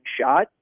shot